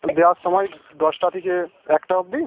দেয়ার সময় দশটা থেকে একটা অবধি